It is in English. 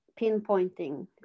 pinpointing